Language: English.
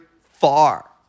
far